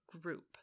group